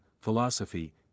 philosophy